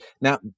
now